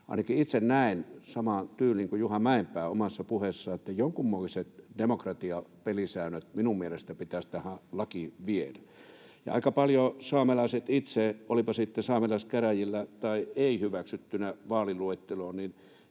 ainakin itse näen samaan tyyliin kuin Juha Mäenpää omassa puheessaan, että jonkunmoiset demokratiapelisäännöt minun mielestäni pitäisi tähän lakiin viedä. Aika paljon saamelaiset, olivatpa sitten saamelaiskäräjillä tai ei-hyväksyttyinä vaaliluetteloon,